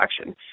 action